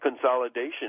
consolidation